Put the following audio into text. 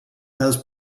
has